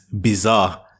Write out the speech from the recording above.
bizarre